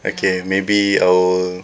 okay maybe I will